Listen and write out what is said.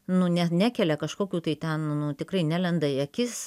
nu ne nekelia kažkokių tai ten nu tikrai nelenda į akis